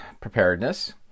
preparedness